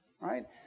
right